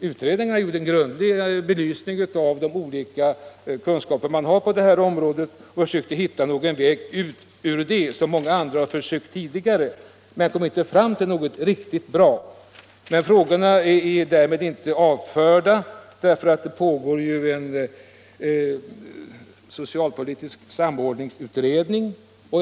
Utredningen har gjort en grundlig belysning av de kunskaper man har på det här området och försökt hitta någon väg ut ur dilemmat, som många andra försökte tidigare, men kom inte fram till något riktigt bra. Frågorna är därmed inte avförda, det pågår en socialpolitisk samordningsutredning.